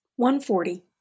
140